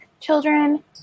Children